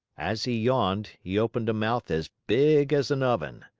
as he yawned, he opened a mouth as big as an oven.